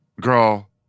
Girl